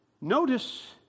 Notice